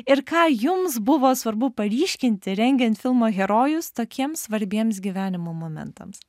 ir ką jums buvo svarbu paryškinti rengiant filmo herojus tokiems svarbiems gyvenimo momentams